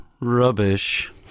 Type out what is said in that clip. Rubbish